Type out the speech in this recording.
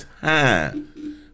time